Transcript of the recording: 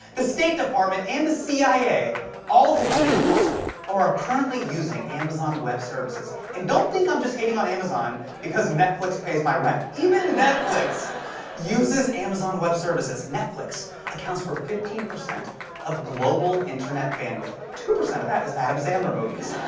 the state department and the cia all have used or are currently using amazon web services. and don't think i'm just hating on amazon because netflix pays my rent. even netflix uses amazon web services. netflix accounts for fifteen percent of global internet bandwidth. two percent of that is adam sandler movies.